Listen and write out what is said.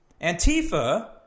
Antifa